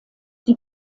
die